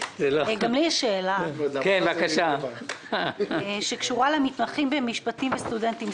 יש לי שאלה לגבי המתמחים במשפטים וסטודנטים,